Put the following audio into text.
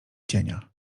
cienia